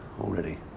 already